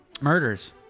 Murders